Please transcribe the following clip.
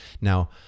Now